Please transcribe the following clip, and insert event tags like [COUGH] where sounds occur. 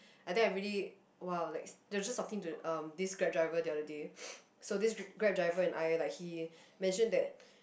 I think I really !wow! like they were just talking to um this Grab driver the other day [NOISE] so this dr~ Grab driver and I like he mention that